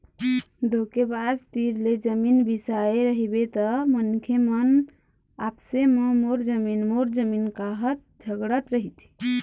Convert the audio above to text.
धोखेबाज तीर ले जमीन बिसाए रहिबे त मनखे मन आपसे म मोर जमीन मोर जमीन काहत झगड़त रहिथे